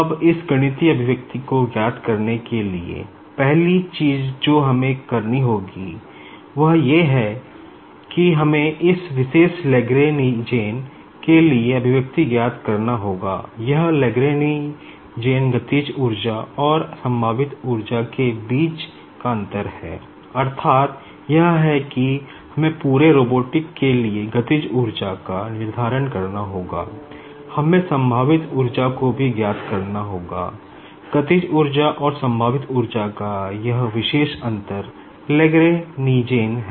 अब इस गणितीय एक्सप्रेशन का यह विशेष अंतर लेग्रैनिजेन हैं